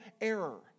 error